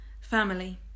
family